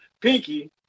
Pinky